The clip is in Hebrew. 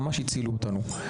ממש הצילו אותנו.